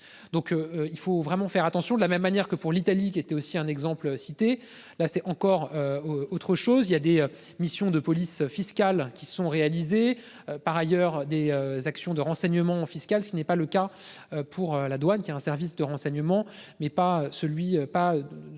Donc il faut vraiment faire attention. De la même manière que pour l'Italie qui était aussi un exemple cité là c'est encore. Autre chose, il y a des missions de police fiscale qui sont réalisés par ailleurs des actions de renseignement fiscal, ce qui n'est pas le cas pour la douane qui a un service de renseignements mais pas celui pas